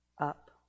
up